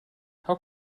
how